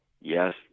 Yes